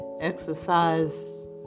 exercise